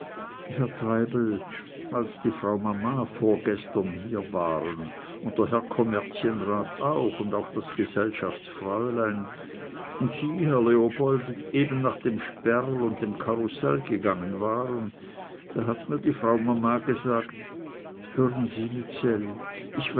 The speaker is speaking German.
herr treibel als die frau mama vorgestern hier waren und der herr kommerzienrat auch und auch das gesellschaftsfräulein und sie herr leopold eben nach dem sperl und dem carrousel gegangen waren da hat mir die frau mama gesagt hören sie